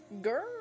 girl